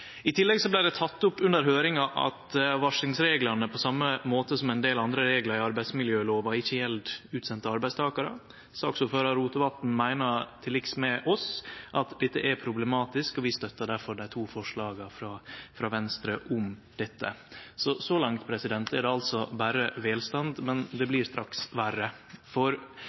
I tillegg vart det teke opp under høyringa at varslingsreglane på same måte som ein del andre reglar i arbeidsmiljøloven ikkje gjeld utsendte arbeidstakarar. Saksordføraren, Rotevatn, meiner til liks med oss at dette er problematisk, og vi støttar difor dei to forslaga frå Venstre om dette. Så langt er det altså berre velstand. Men det blir straks verre, for